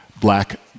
black